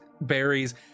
berries